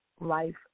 life